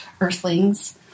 earthlings